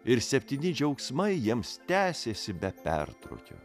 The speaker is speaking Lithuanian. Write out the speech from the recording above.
ir septyni džiaugsmai jiems tęsėsi be pertrūkio